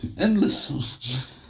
Endless